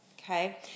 okay